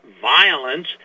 violence